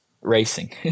racing